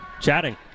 chatting